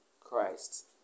Christ